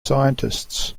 scientists